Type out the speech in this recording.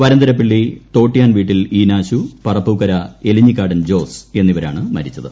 വരന്തരപ്പിള്ളി ത്തോട്ട്യാൻവീട്ടിൽ ഈനാശു പറപ്പൂക്കര എലിഞ്ഞിക്കാടൻ ജോസ്ട് എന്നീവരാണ് മരിച്ചത്